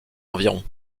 environ